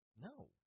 No